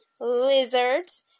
lizards